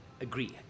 agree